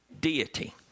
deity